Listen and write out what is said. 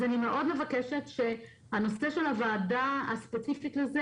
אז אני מאוד מבקשת להקים ועדה ספציפית לזה,